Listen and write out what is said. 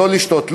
לא לשתות,